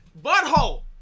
Butthole